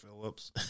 Phillips